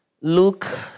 Luke